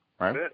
Right